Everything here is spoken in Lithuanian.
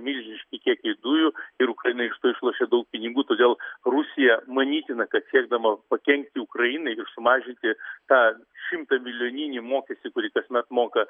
milžiniški kiekiai dujų ir ukraina iš to išlošia daug pinigų todėl rusija manytina kad siekdama pakenkti ukrainai ir sumažinti tą šimtamilijoninį mokestį kurį kasmet moka